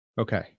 Okay